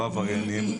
לא עבריינים,